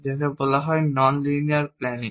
যাকে বলা হয় ননলাইনার প্ল্যানিং